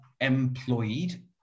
employed